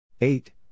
Eight